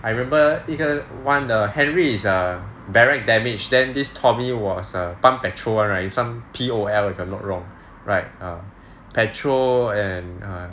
I remember 一个 one the henry is a barrier damage then this tommy was err pump petrol [one] right is some P_O_L if I'm not wrong right err petrol and err